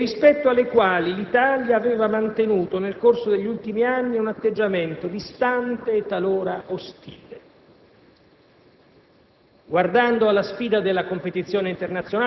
Ci siamo sforzati di allargare gli orizzonti, come ho detto, dell'azione internazionale dell'Italia, guardando a grandi aree del mondo